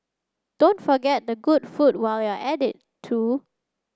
don't forget the good food while you're at it too